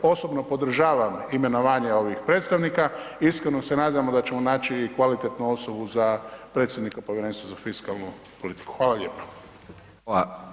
Osobno podržavam imenovanje ovih predstavnika, iskreno se nadamo da ćemo naći i kvalitetnu osobu za predstavnika povjerenstva za fiskalnu politiku.